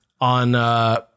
on